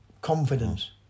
confidence